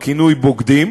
בכינוי "בוגדים”,